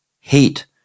hate